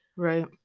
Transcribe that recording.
Right